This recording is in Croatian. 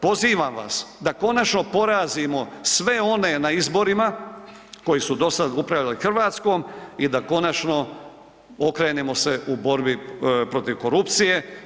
Pozivam vas da konačno porazimo sve one na izborima koji su do sada upravljali Hrvatskom i da konačno okrenemo se borbi protiv korupcije.